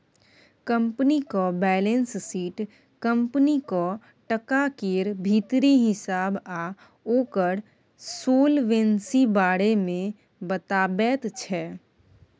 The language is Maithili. कंपनीक बैलेंस शीट कंपनीक टका केर भीतरी हिसाब आ ओकर सोलवेंसी बारे मे बताबैत छै